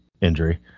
injury